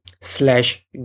slash